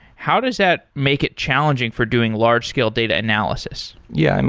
how does that make it challenging for doing large-scale data analysis? yeah.